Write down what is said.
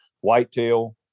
whitetail